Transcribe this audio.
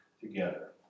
together